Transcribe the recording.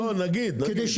לא, נגיד, נגיד.